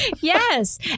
Yes